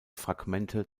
fragmente